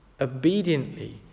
obediently